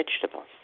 vegetables